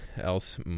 else